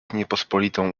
niepospolitą